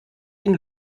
den